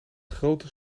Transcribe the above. grote